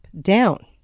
down